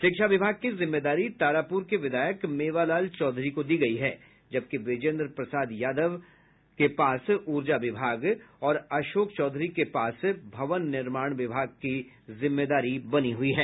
शिक्षा विभाग की जिम्मेदारी तारापुर के विधायक मेवालाल चौधरी को दी गयी है जबकि बीजेन्द्र प्रसाद यादव के पास ऊर्जा विभाग और अशोक चौधरी के पास भवन निर्माण की जिम्मेदारी बनी हुई है